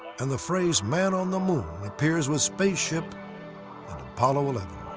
and the phrase, man on the moon, appears with spaceship and apollo eleven.